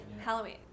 Halloween